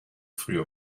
früher